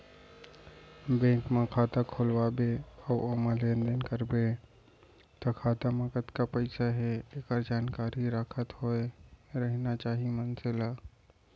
bank म खाता खोलवा बे अउ ओमा लेन देन करबे त खाता म कतका पइसा हे एकर जानकारी राखत होय रहिना चाही मनसे ल